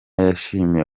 yashimiye